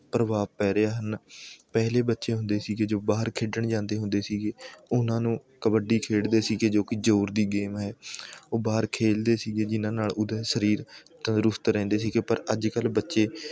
ਪ੍ਰਭਾਵ ਪੈ ਰਿਹਾ ਹਨ ਪਹਿਲੇ ਬੱਚੇ ਹੁੰਦੇ ਸੀ ਜੋ ਬਾਹਰ ਖੇਡਣ ਜਾਂਦੇ ਹੁੰਦੇ ਸੀ ਉਹਨਾਂ ਨੂੰ ਕੱਬਡੀ ਖੇਡਦੇ ਸੀ ਜੋ ਕਿ ਜ਼ੌਰ ਦੀ ਗੇਮ ਹੈ ਉਹ ਬਾਹਰ ਖੇਲਦੇ ਸੀ ਜਿਹਨਾਂ ਨਾਲ ਉਹਦਾ ਸਰੀਰ ਤੰਦਰੁਸਤ ਰਹਿੰਦੇ ਸੀ ਪਰ ਅੱਜ ਕੱਲ੍ਹ ਬੱਚੇ